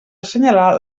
assenyalar